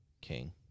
king